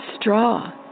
straw